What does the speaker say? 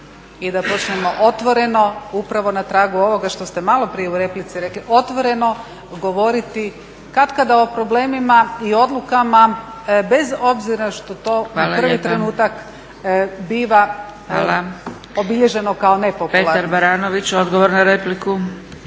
i da počnemo otvoreno upravo na tragu ovoga što ste maloprije u replici rekli otvoreno govoriti kad kada o problemima i odlukama bez obzira što to u prvi trenutak biva obilježeno kao ne popularno. **Zgrebec, Dragica